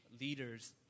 leaders